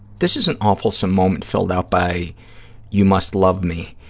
this is an awfulsome moment filled out by you must love me,